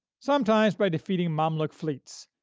sometimes by defeating mamluk fleets,